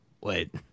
Wait